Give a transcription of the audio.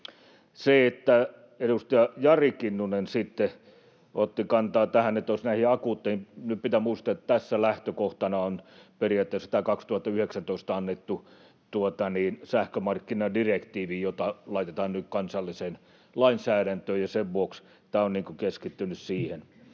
Edustaja Jari Kinnunen sitten otti kantaa näihin akuutteihin. Nyt pitää muistaa, että tässä lähtökohtana on periaatteessa 2019 annettu sähkömarkkinadirektiivi, jota laitetaan nyt kansalliseen lainsäädäntöön, ja sen vuoksi tämä on keskittynyt siihen.